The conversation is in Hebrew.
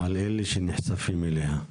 לאלה שנחשפים אליה?